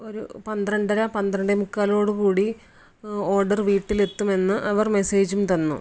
ഒരു പന്ത്രണ്ടര പന്ത്രണ്ടേ മുക്കാലോടു കൂടി ഓർഡർ വീട്ടിൽ എത്തുമെന്ന് അവർ മെസേജും തന്നു